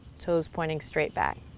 toes pointing straight back.